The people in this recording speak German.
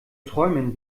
träumen